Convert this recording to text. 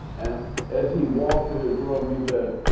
and as he walked to his room, he said,